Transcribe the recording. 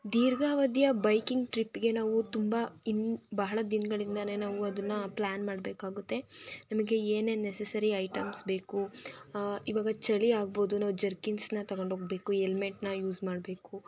ದೀರ್ಘಾವದಿಯ biking ಟ್ರಿಪ್ಪಿಗೆ ನಾವು ತುಂಬ ಇನ್ನ ಬಹಳ ದಿನಗಳಿಂದಲೆ ನಾವು ಅದನ್ನ ಪ್ಲ್ಯಾನ್ ಮಾಡಬೇಕಾಗುತ್ತೆ ನಮಗೆ ಏನೇನು ನೆಸ್ಸಸರಿ ಐಟಮ್ಸ್ ಬೇಕು ಇವಾಗ ಚಳಿ ಆಗ್ಬೋದು ನಾವು ಜರ್ಕಿನ್ಸನ್ನ ತಗೊಂಡು ಹೊಗ್ಬೆಕು ಎಲ್ಮೇಟನ್ನ ಯೂಸ್ ಮಾಡಬೇಕು